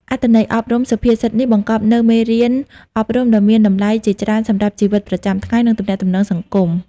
អត្ថន័យអប់រំសុភាសិតនេះបង្កប់នូវមេរៀនអប់រំដ៏មានតម្លៃជាច្រើនសម្រាប់ជីវិតប្រចាំថ្ងៃ និងទំនាក់ទំនងសង្គម។